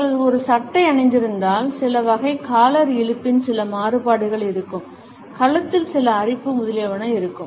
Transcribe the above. அவர்கள் ஒரு சட்டை அணிந்திருந்தால் சில வகை காலர் இழுப்பின் சில மாறுபாடுகள் இருக்கும் கழுத்தில் சில அரிப்பு முதலியன இருக்கும்